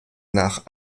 nach